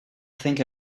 think